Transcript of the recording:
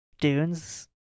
dunes